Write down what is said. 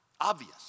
obvious